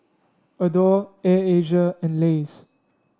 Adore Air Asia and Lays